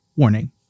Warning